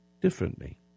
differently